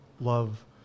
love